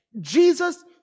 Jesus